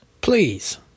Please